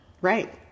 Right